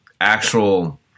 actual